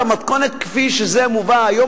במתכונת כפי שזה מובא היום,